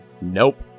Nope